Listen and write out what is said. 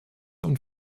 und